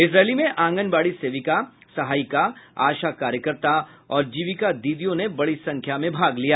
इस रैली में आंगनबाड़ी सेविका सहायिका आशा कार्यकर्ता और जीविका दीदीयों ने बड़ी संख्या में भाग लिया